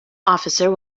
officer